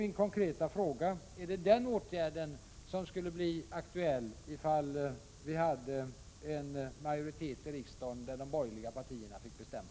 Min konkreta fråga är alltså: Är det denna åtgärd som skulle bli aktuell ifall vi hade en majoritet i riksdagen där de borgerliga partierna fick bestämma?